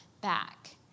back